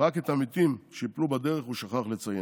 רק את המתים שייפלו בדרך הוא שכח לציין.